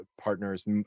partners